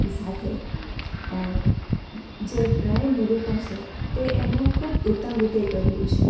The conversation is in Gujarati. સાથે જે પ્રણય નિરૂપણ છે તે એમણે ખૂબ ઉત્તમ રીતે કર્યું છે